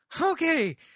Okay